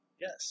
Yes